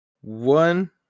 one